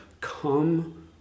come